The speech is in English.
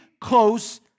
close